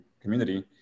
community